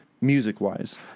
music-wise